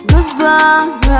Goosebumps